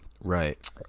Right